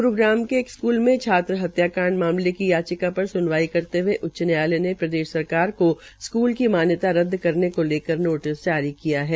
ग्रूग्राम के एक स्कूल में छात्र हत्याकांड मामले की याचिका पर स्नवाई करते हए उच्च न्यायालय ने प्रदेश सरकार को स्कुल की मान्यता रद्द करने को लेकर नोटिस जारी किया है